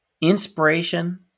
Inspiration